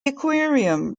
aquarium